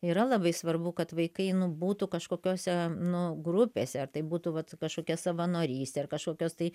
yra labai svarbu kad vaikai nu būtų kažkokiose nu grupėse ar tai būtų vat kažkokia savanorystė ar kažkokios tai